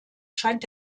scheint